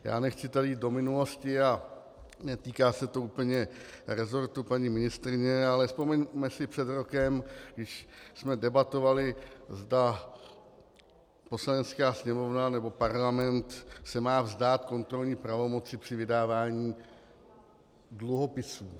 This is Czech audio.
Já nechci tady jít do minulosti a netýká se to úplně resortu paní ministryně, ale vzpomeňme si před rokem, když jsme debatovali, zda Poslanecká sněmovna nebo Parlament se má vzdát kontrolní pravomoci při vydávání dluhopisů.